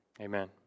Amen